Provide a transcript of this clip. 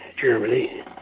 Germany